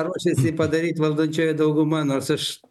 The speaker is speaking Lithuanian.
ruošiasi padaryt valdančioji dauguma nors aš